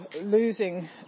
losing